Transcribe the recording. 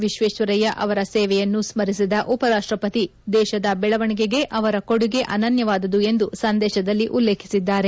ವಿಶ್ವೇಶ್ವರಯ್ಯ ಅವರ ಸೇವೆಯನ್ನು ಸ್ಪರಿಸಿದ ಉಪ ರಾಷ್ಷಪತಿ ದೇಶದ ಬೆಳವಣಿಗೆಗೆ ಅವರ ಕೊಡಗೆ ಅನನ್ನವಾದದು ಎಂದು ಸಂದೇಶದಲ್ಲಿ ಉಲ್ಲೇಖಿಸಿದ್ದಾರೆ